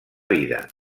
vida